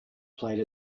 played